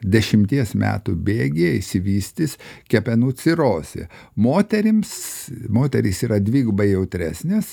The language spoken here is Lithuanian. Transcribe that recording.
dešimties metų bėgyje išsivystys kepenų cirozė moterims moterys yra dvigubai jautresnės